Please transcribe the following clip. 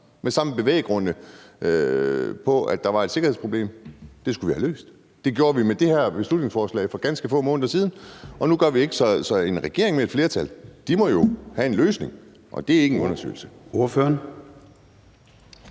de samme, nemlig at der var et sikkerhedsproblem, og at det skulle vi have løst. Det prøvede man at gøre med det her beslutningsforslag for ganske få måneder siden, og nu gør man det ikke, så en regering med et flertal må jo have en løsning, og det er ikke en undersøgelse.